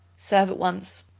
serve at once.